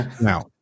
Now